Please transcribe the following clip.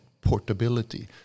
portability